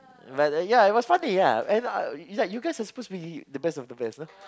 but ya it was funny ya and is like you guys are supposed to be the best of the best you know